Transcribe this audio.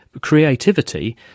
creativity